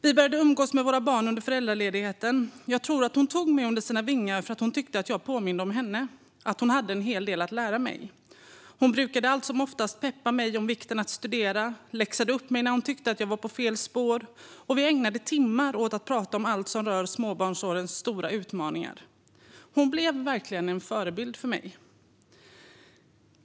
Vi började umgås med våra barn under föräldraledigheten. Jag tror att hon tog mig under sina vingar för att hon tyckte att jag påminde om henne och att hon hade en hel del att lära mig. Hon brukade allt som oftast peppa mig om vikten av att studera. Hon läxade upp mig när hon tyckte att jag var på fel spår, och vi ägnade timmar åt att prata om allt som rör småbarnsårens stora utmaningar. Hon blev verkligen en förebild för mig.